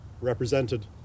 represented